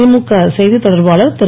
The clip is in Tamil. திமுக செய்தித்தொடர்பானர் திரு